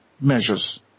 measures